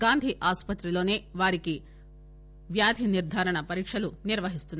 గాంధీ ఆసుపత్రిలోనే వారికి వ్యాధి నిర్దారణ పరీక్షలు నిర్వహిస్తున్నారు